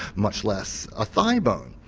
much less a thigh bone.